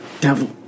devil